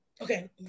okay